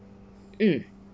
mm